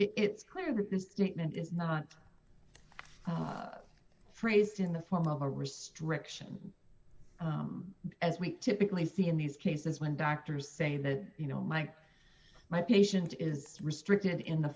it's clear that this is not phrased in the form of a restriction as we typically see in these cases when doctors say that you know my my patient is restricted in the